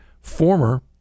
former